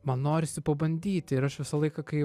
man norisi pabandyti ir aš visą laiką kai